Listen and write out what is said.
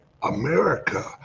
America